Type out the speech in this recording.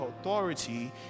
authority